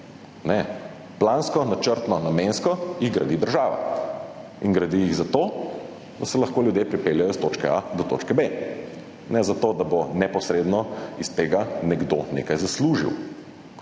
Plansko, načrtno, namensko jih gradi država. In gradi jih zato, da se lahko ljudje pripeljejo iz točke a do točke b, ne zato, da bo neposredno iz tega nekdo nekaj zaslužil.